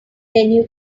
menu